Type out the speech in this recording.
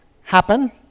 happen